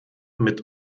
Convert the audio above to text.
mit